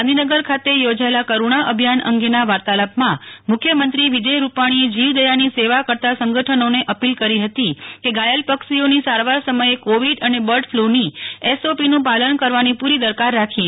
ગાંધીનગર ખાતે યોજાયેલા કરૂણા અભિયાન અંગેના વાર્તાલાપમાં મુખ્યમંત્રી વિજય રૂપાણીએ જીવદયાની સેવા કરતાં સંગઠનોને અપીલ કરી હતી કે ઘાયલ પક્ષીઓની સારવાર સમયે કોવિડ અને બર્ડ ફલની એસઓપીન પાલન કરવાની પુરી દરકાર રાખોએ